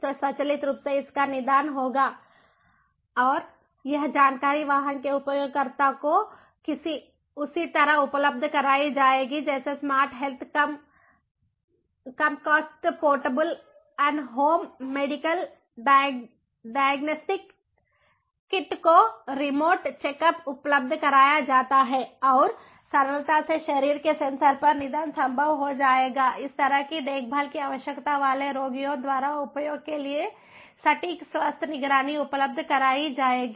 तो स्वचालित रूप से इसका निदान होगा और यह जानकारी वाहन के उपयोगकर्ता को उसी तरह उपलब्ध कराई जाएगी जैसे स्मार्ट हेल्थ कम cost portable on home medical diagnostic kit को रिमोट चेकअप उपलब्ध कराया जाता है और सरलता से शरीर के सेंसर पर निदान संभव हो जाएगा इस तरह की देखभाल की आवश्यकता वाले रोगियों द्वारा उपयोग के लिए सटीक स्वास्थ्य निगरानी उपलब्ध कराई जाएगी